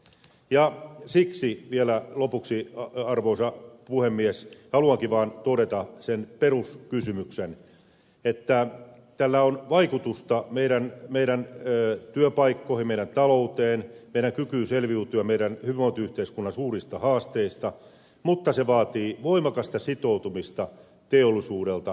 siksi vielä lopuksi arvoisa puhemies haluankin vaan todeta sen peruskysymyksen että tällä on vaikutusta meidän työpaikkoihin meidän talouteen meidän kykyyn selviytyä meidän hyvinvointiyhteiskunnan suurista haasteista mutta se vaatii voimakasta sitoutumista teollisuudelta